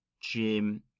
Jim